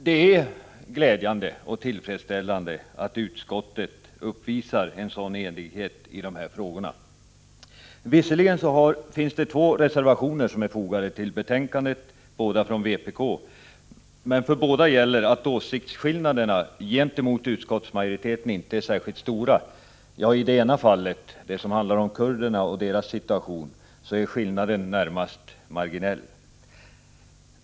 Det är glädjande och tillfredsställande att utskottet uppvisar en sådan enighet i dessa frågor. Visserligen finns det två reservationer fogade till betänkandet, båda från vpk, men för båda gäller att åsiktsskillnaderna gentemot utskottsmajoriteten inte är särskilt stora. I det ena fallet, den som handlar om kurdernas situation, är skillnaden närmast marginell.